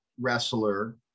wrestler